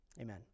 Amen